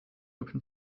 open